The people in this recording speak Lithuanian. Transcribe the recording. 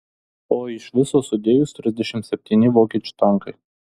o iš viso sudėjus trisdešimt septyni vokiečių tankai